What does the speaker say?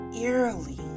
eerily